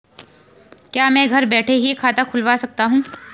क्या मैं घर बैठे ही खाता खुलवा सकता हूँ?